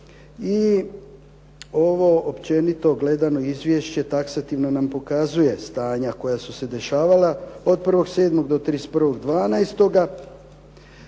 i ovo općenito gledano izvješće taksativno nam pokazuje stanja koja su se dešavala od 1.7. do 31.12.